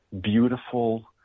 beautiful